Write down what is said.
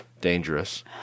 dangerous